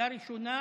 לראשונה